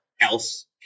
else